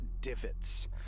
divots